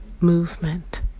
movement